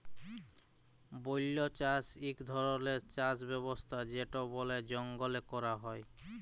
বল্য চাষ ইক ধরলের চাষ ব্যবস্থা যেট বলে জঙ্গলে ক্যরা হ্যয়